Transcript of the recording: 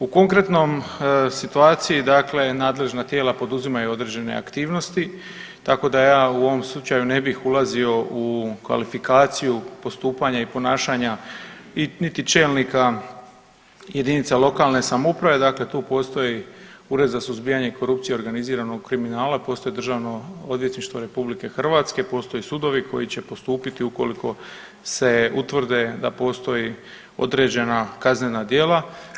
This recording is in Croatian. U konkretnom situaciji dakle nadležna tijela poduzimaju određene aktivnosti tako da ja u ovom slučaju ne bih ulazio u kvalifikaciju postupanja i ponašanja i niti čelnika jedinica lokalne samouprave, dakle tu postoji Ured za suzbijanje korupcije i organiziranog kriminala, postoji Državno odvjetništvo RH, postoje sudovi koji će postupiti ukoliko se utvrde da postoje određena kaznena djela.